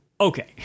okay